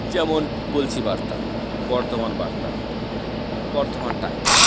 যেমন গলসি বার্তা বর্ধমান বার্তা বর্ধমান টাইমস